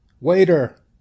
Waiter